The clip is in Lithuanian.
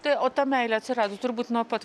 tai o ta meilė atsirado turbūt nuo pat